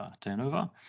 turnover